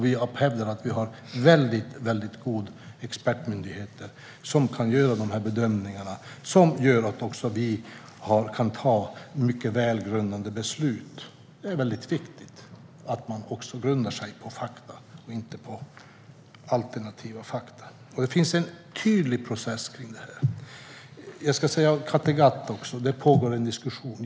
Vi hävdar att vi har väldigt goda expertmyndigheter som kan göra bedömningar som gör att vi kan fatta välgrundade beslut. Det är viktigt att man grundar sig på fakta, inte på alternativa fakta. Det finns en tydlig process för detta. Jag vill säga några ord om Kattegatt också. Det pågår givetvis en diskussion.